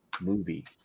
movie